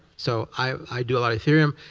so i do a lot of etherium.